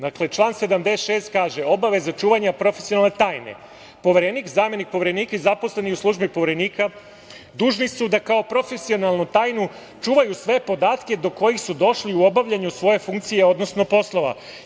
Dakle, član 76. kaže: „Obaveza čuvanja profesionalne tajne – Poverenik, zamenik Poverenika i zaposleni u službi Poverenika dužni su da kao profesionalnu tajnu čuvaju sve podatke do kojih su došli u obavljanju svoje funkcije, odnosno poslova“